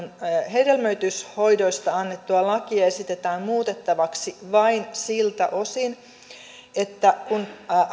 hedelmöityshoidoista annettua lakia esitetään muutettavaksi vain siltä osin että kun